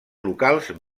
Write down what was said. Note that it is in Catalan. locals